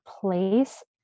place